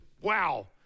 wow